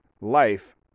life